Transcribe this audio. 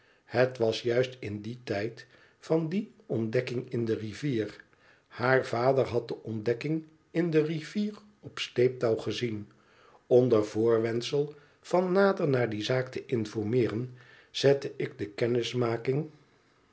het was juist in dien tijd van die ontdekking in de rivier haar vader had de ontdekking in de rivier op sleeptouw gezien onder voorwendsel van nader naar die zaak te informeeren zette ik de kennismaking